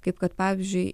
kaip kad pavyzdžiui